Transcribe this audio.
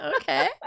Okay